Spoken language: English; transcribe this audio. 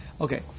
Okay